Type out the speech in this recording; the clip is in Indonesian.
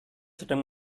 sedang